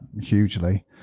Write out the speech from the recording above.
hugely